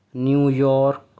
New York